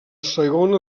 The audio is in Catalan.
segona